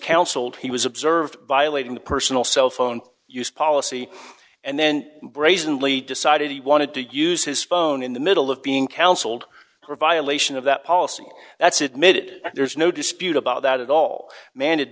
counseled he was observed violating the personal cell phone use policy and then brazenly decided he wanted to use his phone in the middle of being counseled her violation of that policy that's admitted there's no dispute about that at all man